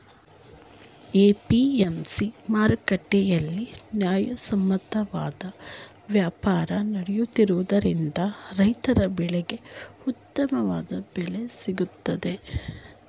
APMC ಮಾರುಕಟ್ಟೆಯಲ್ಲಿ ನ್ಯಾಯಸಮ್ಮತವಾದ ವ್ಯಾಪಾರ ನಡೆಯುತ್ತಿರುವುದರಿಂದ ರೈತರ ಬೆಳೆಗೆ ಉತ್ತಮವಾದ ಬೆಲೆ ಸಿಗುತ್ತಿದೆ